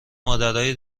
مادرای